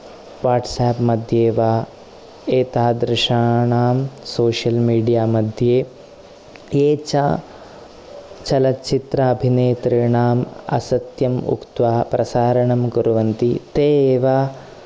WhatsApp मध्ये वा एतादृशाणां सोशियल् मिडिया मध्ये ये च चलच्चित्र अभिनेतॄणां असत्यम् उक्त्वा प्रसारणं कुर्वन्ति ते एव